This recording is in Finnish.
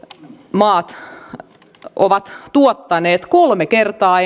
maat ovat tuottaneet kolme kertaa